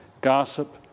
gossip